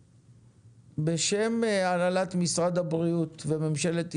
בשם הנהלת משרד הבריאות וממשלת ישראל,